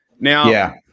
Now